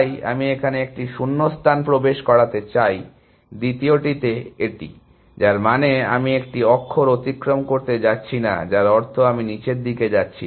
তাই আমি এখানে একটি শূন্যস্থান প্রবেশ করাতে চাই দ্বিতীয়টিতে এটি যার মানে আমি একটি অক্ষর অতিক্রম করতে যাচ্ছি না যার অর্থ আমি নিচের দিকে যাচ্ছি না